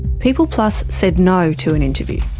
peopleplus said no to an interview,